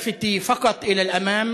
שימי לבך להתקדם רק קדימה.